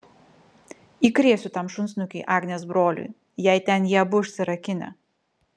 įkrėsiu tam šunsnukiui agnės broliui jei ten jie abu užsirakinę